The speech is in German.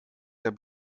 der